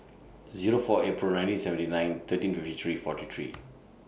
Zero four April nineteen seventy nine thirteen fifty three forty three